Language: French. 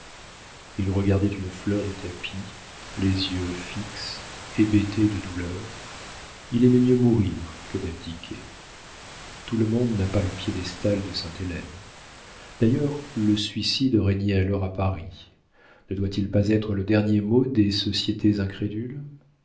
il regardait une fleur du tapis les yeux fixes hébétés de douleur il aimait mieux mourir que d'abdiquer tout le monde n'a pas le piédestal de sainte-hélène d'ailleurs le suicide régnait alors à paris ne doit-il pas être le dernier mot des sociétés incrédules